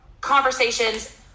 conversations